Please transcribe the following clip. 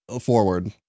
forward